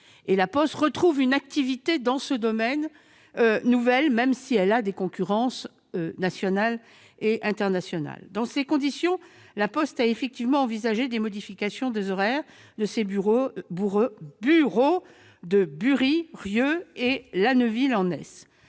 La Poste retrouve ainsi une activité dans ce nouveau domaine, même si elle a des concurrents nationaux et internationaux. Dans ces conditions, La Poste a envisagé des modifications des horaires de ses bureaux de Bury, Rieux et La Neuville-en-Hez.